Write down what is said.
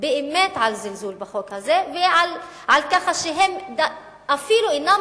באמת על זלזול בחוק הזה ועל כך שהם אפילו אינם